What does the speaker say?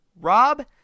Rob